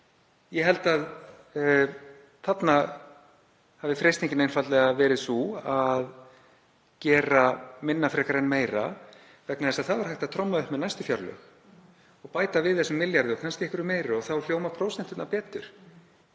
Ég held að þarna hafi freistingin einfaldlega verið sú að gera minna frekar en meira, vegna þess að þá er hægt að tromma upp með næstu fjárlög og bæta við þessum milljarði, kannski einhverju meiru og þá hljóma prósenturnar betur